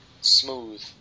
smooth